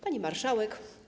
Pani Marszałek!